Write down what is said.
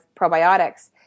probiotics